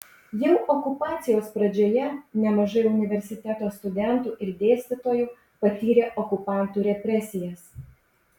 jau okupacijos pradžioje nemažai universiteto studentų ir dėstytojų patyrė okupantų represijas